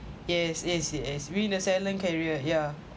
yes yes yes being the silent career yeah